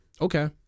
Okay